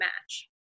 match